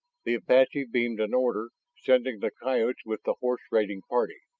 the apache beamed an order, sending the coyotes with the horse-raiding party.